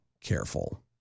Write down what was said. careful